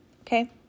okay